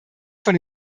von